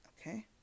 okay